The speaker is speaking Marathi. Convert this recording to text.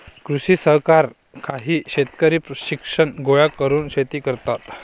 कृषी सहकार काही शेतकरी शिक्षण गोळा करून शेती करतात